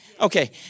Okay